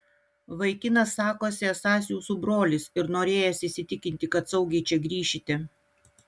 vaikinas sakosi esąs jūsų brolis ir norėjęs įsitikinti kad saugiai čia grįšite